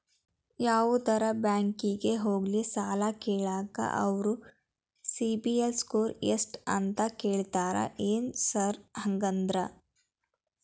ಯಾವದರಾ ಬ್ಯಾಂಕಿಗೆ ಹೋಗ್ಲಿ ಸಾಲ ಕೇಳಾಕ ಅವ್ರ್ ಸಿಬಿಲ್ ಸ್ಕೋರ್ ಎಷ್ಟ ಅಂತಾ ಕೇಳ್ತಾರ ಏನ್ ಸಾರ್ ಹಂಗಂದ್ರ?